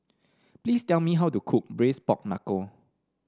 please tell me how to cook Braised Pork Knuckle